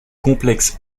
complexe